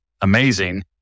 amazing